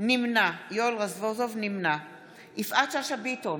נמנע יפעת שאשא ביטון,